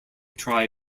try